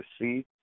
see